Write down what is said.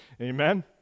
Amen